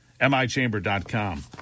michamber.com